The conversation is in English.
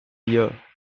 year